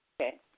Okay